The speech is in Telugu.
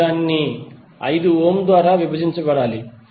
మీరు దానిని 5 ఓం ద్వారా విభజించాలి